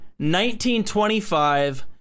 1925